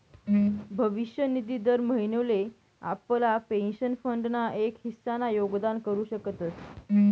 भविष्य निधी दर महिनोले आपला पेंशन फंड ना एक हिस्सा ना योगदान करू शकतस